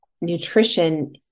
nutrition